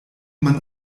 man